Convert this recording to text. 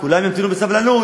כולם ימתינו בסבלנות.